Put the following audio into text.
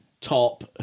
top